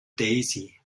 daisy